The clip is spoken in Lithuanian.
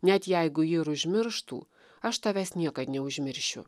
net jeigu ji ir užmirštų aš tavęs niekad neužmiršiu